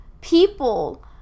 people